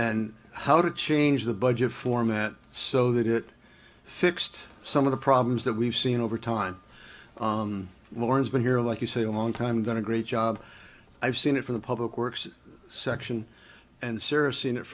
and how to change the budget format so that it fixed some of the problems that we've seen over time more has been here like you say a long time going to great job i've seen it for the public works section and serious in it